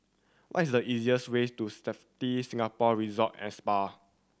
what is the easiest way to Sofitel Singapore Resort and Spa